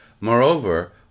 Moreover